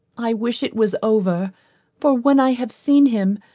i wish it was over for when i have seen him,